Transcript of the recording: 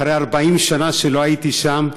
אחרי 40 שנה שלא הייתי שם,